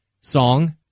song